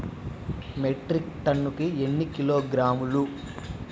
Metric టన్నుకు ఎన్ని కిలోగ్రాములు?